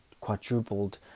quadrupled